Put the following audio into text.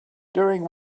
during